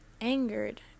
angered